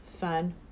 fun